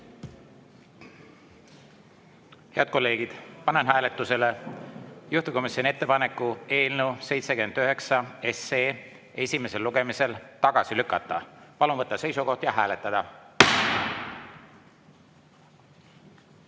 Head kolleegid, panen hääletusele juhtivkomisjoni ettepaneku eelnõu 79 esimesel lugemisel tagasi lükata. Palun võtta seisukoht ja hääletada!